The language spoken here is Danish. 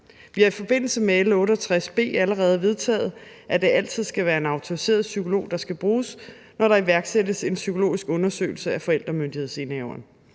Vi har i forbindelse med L 68 B allerede vedtaget, at det altid skal være en autoriseret psykolog, der skal bruges, når der iværksættes en psykologisk undersøgelse af forældremyndighedsindehaveren.